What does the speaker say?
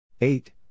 eight